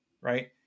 Right